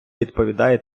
відповідає